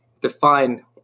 Define